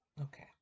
okay